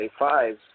A5s